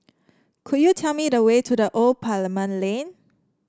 could you tell me the way to The Old Parliament Lane